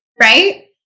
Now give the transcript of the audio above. Right